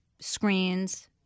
screens